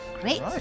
Great